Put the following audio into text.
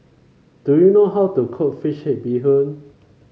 do you know how to cook fish head Bee Hoon